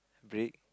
break